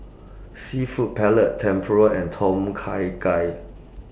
Seafood Paella Tempura and Tom Kha Gai